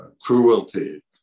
cruelty